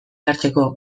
hartzeko